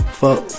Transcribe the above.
fuck